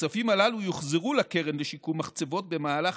הכספים הללו יוחזרו לקרן לשיקום מחצבות במהלך